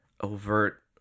overt